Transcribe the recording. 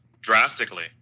drastically